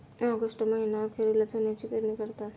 August महीना अखेरीला चण्याची पेरणी करतात